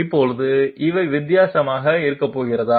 இப்போது இவை வித்தியாசமாக இருக்கப் போகிறதா